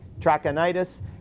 Trachonitis